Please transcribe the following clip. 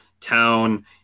town